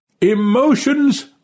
emotions